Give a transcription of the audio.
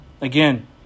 Again